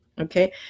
okay